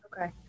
Okay